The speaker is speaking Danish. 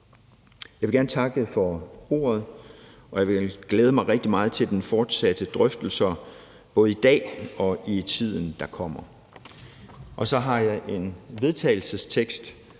Jeg vil gerne takke for ordet, og jeg vil glæde mig rigtig meget til de fortsatte drøftelser både i dag og i tiden, der kommer. Så har jeg en vedtagelsestekst,